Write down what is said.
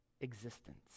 existence